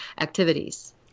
activities